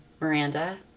Miranda